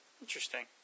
Interesting